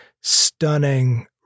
stunning